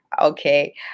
okay